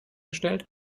gestellt